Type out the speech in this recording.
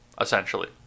essentially